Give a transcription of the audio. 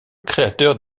créateur